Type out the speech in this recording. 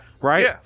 Right